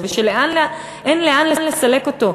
ואין לאן לסלק אותו,